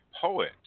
poet